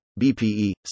BPE